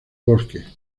bosque